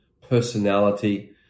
personality